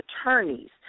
attorneys